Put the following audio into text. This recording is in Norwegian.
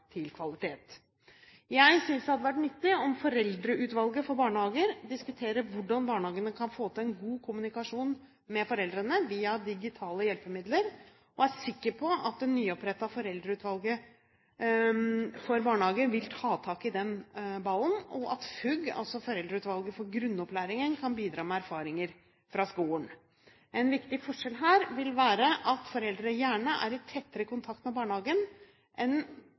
til kvalitet. Jeg synes det hadde vært nyttig om Foreldreutvalget for barnehager kunne diskutere hvordan barnehagene kan få til en god kommunikasjon med foreldrene via digitale hjelpemidler. Jeg er sikker på at det nyopprettede Foreldreutvalget for barnehager vil ta tak i den ballen, og at FUG – altså Foreldreutvalget for grunnopplæringen – kan bidra med erfaringer fra skolen. En viktig forskjell her vil være at foreldre gjerne er i tettere kontakt med barnehagen,